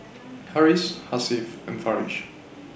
Harris Hasif and Farish